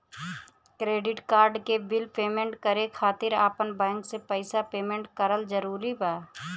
Credit card के bill payment करे खातिर आपन बैंक से पईसा पेमेंट करल जरूरी बा?